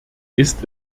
ist